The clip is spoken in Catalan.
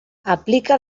aplica